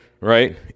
right